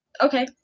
okay